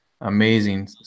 amazing